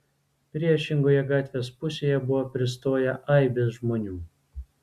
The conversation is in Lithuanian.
priešingoje gatvės pusėje buvo pristoję aibės žmonių